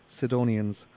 Sidonians